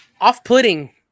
Off-putting